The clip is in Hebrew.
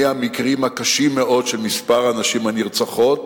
מהמקרים הקשים מאוד של מספר הנשים הנרצחות,